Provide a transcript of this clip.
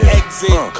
exit